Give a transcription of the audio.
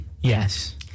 Yes